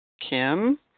Kim